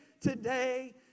today